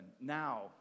Now